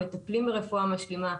מטפלים ברפואה משלימה,